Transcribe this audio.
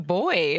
boy